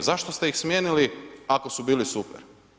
A zašto ste ih smijenili ako su bili super?